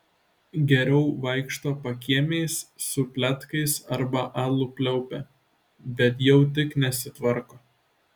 geriau vaikšto pakiemiais su pletkais arba alų pliaupia bet jau tik nesitvarko